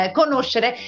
conoscere